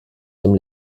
dem